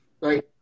right